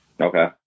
okay